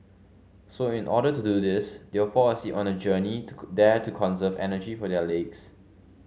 so in order to do this they'll fall asleep on the journey to there to conserve energy for their legs